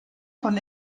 von